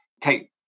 Kate